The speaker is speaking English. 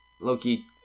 Loki